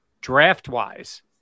draft-wise